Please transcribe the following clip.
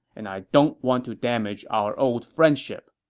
and i don't want to damage our old friendship.